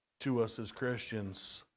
to us as christians